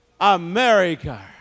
America